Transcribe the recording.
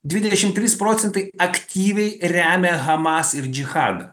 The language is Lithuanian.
dvidešim trys procentai aktyviai remia hamas ir džihadą